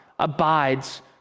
abides